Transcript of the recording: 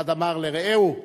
שאחד אמר לרעהו: